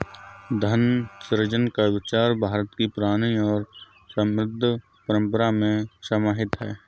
धन सृजन का विचार भारत की पुरानी और समृद्ध परम्परा में समाहित है